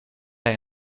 hij